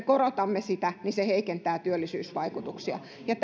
korotamme sitä niin se heikentää työllisyysvaikutuksia ja